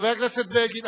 חבר הכנסת בגין,